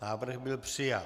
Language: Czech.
Návrh byl přijat.